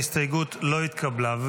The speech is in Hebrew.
ההסתייגות לא התקבלה.